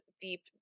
deep